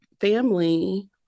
family